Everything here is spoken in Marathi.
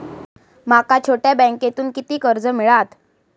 माका छोट्या बँकेतून किती कर्ज मिळात?